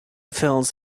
films